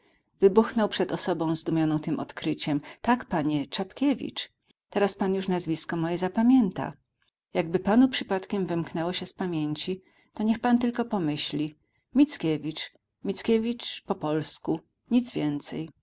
tak panie czapkiewicz teraz pan już nazwisko moje zapamięta jakby panu przypadkiem wymknęło się z pamięci to niech pan tylko pomyśli mickiewicz mickiewicz po polsku nic więcej